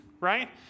right